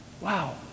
Wow